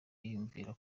yiyumvira